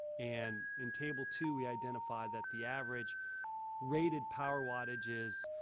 and in table two we identified that the average rated power wattages